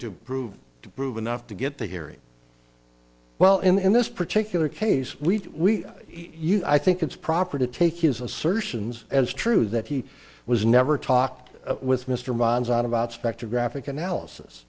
to prove to prove enough to get the hearing well in this particular case we you know i think it's proper to take his assertions as true that he was never talked with mr bond's on about spectrographic analysis